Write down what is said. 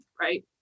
right